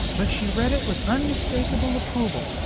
but she read it with unmistakable approval,